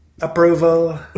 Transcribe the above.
approval